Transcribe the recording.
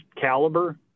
caliber